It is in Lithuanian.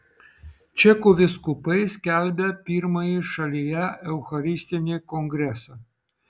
čekų vyskupai skelbia pirmąjį šalyje eucharistinį kongresą